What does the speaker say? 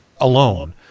alone